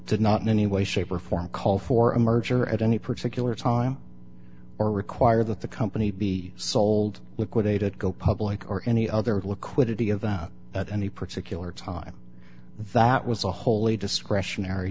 did not know any way shape or form call for a merger at any particular time or require that the company be sold liquidated go public or any other liquidity of that at any particular time that was a wholly discretionary